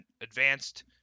advanced